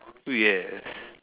yes